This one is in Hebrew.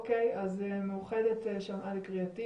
אז מאוחדת שמעה לקריאתי,